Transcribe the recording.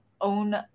own